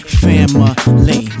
family